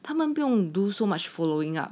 他们不用 do so much following up